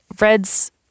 Red's